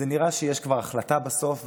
זה נראה שיש כבר החלטה בסוף,